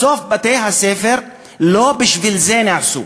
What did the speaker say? בסוף, בתי-הספר, לא בשביל זה נעשו,